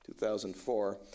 2004